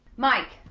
mike,